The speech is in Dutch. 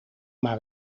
maar